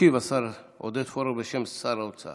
ישיב השר עודד פורר בשם שר האוצר.